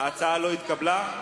ההצעה לא התקבלה.